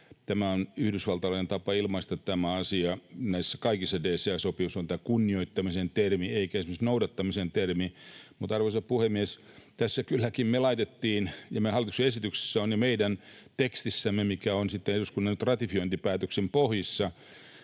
Tämä on yhdysvaltalainen tapa ilmaista tämä asia. Näissä kaikissa DCA-sopimuksissa on tämä kunnioittamisen termi eikä esimerkiksi noudattamisen termi. Mutta, arvoisa puhemies, tässä kylläkin me laitettiin ja hallituksen esityksessä on ja meidän tekstissämme, mikä on sitten eduskunnan ratifiointipäätöksen pohjissa